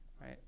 right